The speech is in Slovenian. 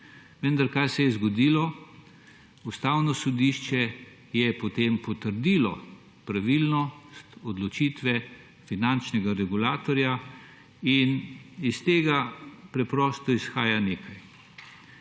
zbora. Kaj se je zgodilo? Ustavno sodišče je potem potrdilo pravilnost odločitve finančnega regulatorja in iz tega preprosto nekaj